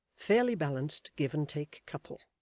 fairly-balanced, give-and-take couple.